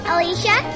Alicia